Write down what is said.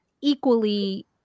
equally